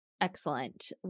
Excellent